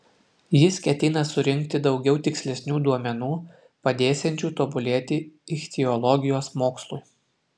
jis ketina surinkti daugiau tikslesnių duomenų padėsiančių tobulėti ichtiologijos mokslui